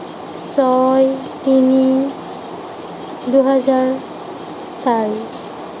ছয় তিনি দুহেজাৰ চাৰি